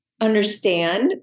Understand